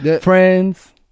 Friends